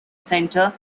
center